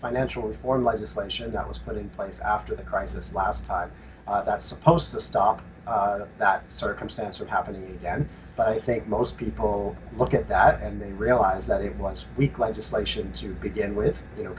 financial reform legislation that was put in place after the crisis last time that supposed to stop that circumstance of happening again but i think most people look at that and they realize that it was weak legislation to begin with you know